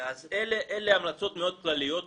אלה המלצות מאוד כלליות,